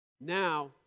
Now